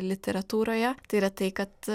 literatūroje tai yra tai kad